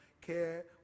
care